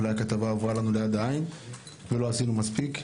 אולי הכתבה עברה לנו ליד העין ולא עשינו מספיק.